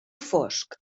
fosc